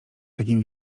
takim